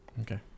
Okay